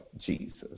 Jesus